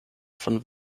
von